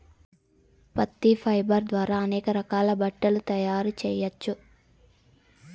పత్తి ఫైబర్ ద్వారా అనేక రకాల బట్టలు తయారు చేయచ్చు